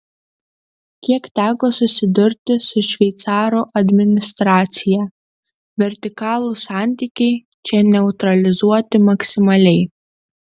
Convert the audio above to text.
kiek teko susidurti su šveicarų administracija vertikalūs santykiai čia neutralizuoti maksimaliai